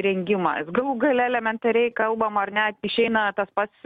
rengimas galų gale elementariai kalbam ar ne išeina tas pats